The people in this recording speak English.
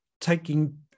taking